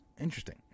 Interesting